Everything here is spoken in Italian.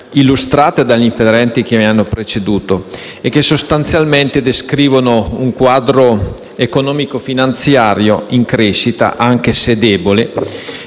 illustrate negli interventi che mi hanno preceduto, le quali sostanzialmente descrivono un quadro economico-finanziario in crescita, anche se debole.